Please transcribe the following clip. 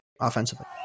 offensively